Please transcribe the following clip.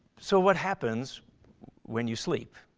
so what happens when you sleep?